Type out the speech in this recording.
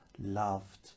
loved